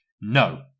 No